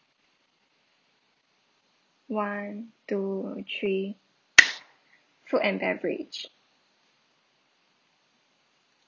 one two three food and beverage